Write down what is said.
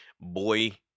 boy